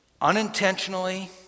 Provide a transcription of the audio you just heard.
unintentionally